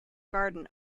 garden